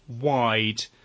wide